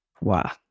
Wow